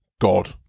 God